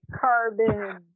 Carbon